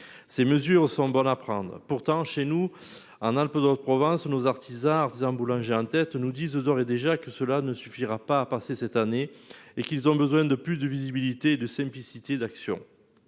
Ces mesures sont bonnes à prendre. Pourtant chez nous un Alpes-de-Haute-Provence nos artisans, artisans boulangers un test nous disent d'ores et déjà que cela ne suffira pas à passer cette année et qu'ils ont besoin de plus de visibilité et de simplicité d'action.